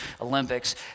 Olympics